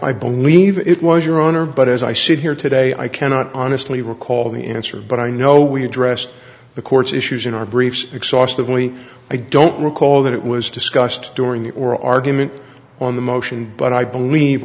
i believe it was your honor but as i sit here today i cannot honestly recall the answer but i know we addressed the court's issues in our briefs exhaustive only i don't recall that it was discussed during the oral argument on the motion but i believe